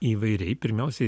įvairiai pirmiausiai